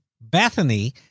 Bethany